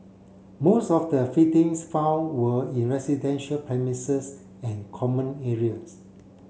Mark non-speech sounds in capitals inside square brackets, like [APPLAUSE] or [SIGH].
most of the [UNINTELLIGIBLE] found were in residential premises and common areas